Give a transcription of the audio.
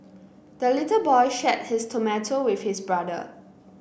the little boy shared his tomato with his brother